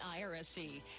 IRSC